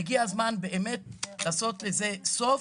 והגיע הזמן באמת לעשות לזה סוף,